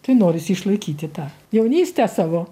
tai norisi išlaikyti tą jaunystę savo